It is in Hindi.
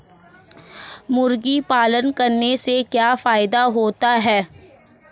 मुर्गी पालन करने से क्या फायदा होता है?